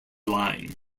line